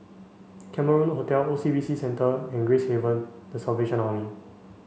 Cameron Hotel O C B C Centre and Gracehaven the Salvation Army